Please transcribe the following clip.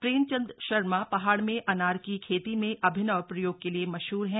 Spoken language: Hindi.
प्रेम चंद शर्मा पहाड़ में अनार की खेती में अभिनव प्रयोग के लिए मशहर हैं